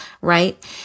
right